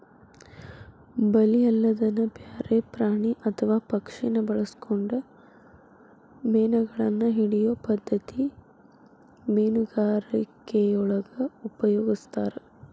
ಬಲಿ ಅಲ್ಲದನ ಬ್ಯಾರೆ ಪ್ರಾಣಿ ಅತ್ವಾ ಪಕ್ಷಿನ ಬಳಸ್ಕೊಂಡು ಮೇನಗಳನ್ನ ಹಿಡಿಯೋ ಪದ್ಧತಿ ಮೇನುಗಾರಿಕೆಯೊಳಗ ಉಪಯೊಗಸ್ತಾರ